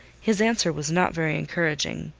his answer was not very encouraging.